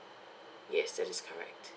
yes that's correct